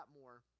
more